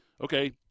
okay